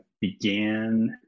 began